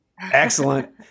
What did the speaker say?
Excellent